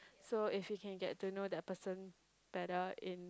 so if you can get to know that person better in